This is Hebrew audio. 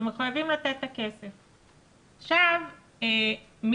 אתם מחויבים לתת את הכסף.